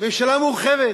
ממשלה מורחבת.